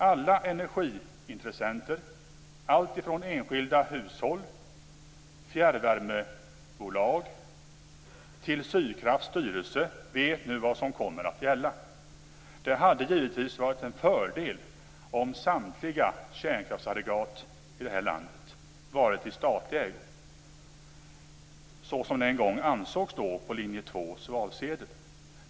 Alla energiintressenter, allt ifrån enskilda hushåll till fjärrvärmebolag och Sydkrafts styrelse, vet nu vad som kommer att gälla. Det hade givetvis varit en fördel om samtliga kärnkraftsaggregat i det här landet varit i statlig ägo, såsom det en gång ansågs på linje 2:s valsedel.